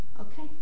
Okay